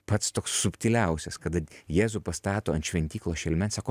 pats subtiliausias kada jėzų pastato ant šventyklos šelmens sako